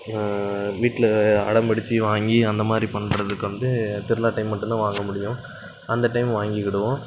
நான் வீட்டில் அடம் பிடிச்சி வாங்கி அந்தமாதிரி பண்ணுறதுக்கு வந்து திருவிழா டைம் மட்டும் தான் வாங்க முடியும் அந்த டைம் வாங்கிக்கிடுவோம்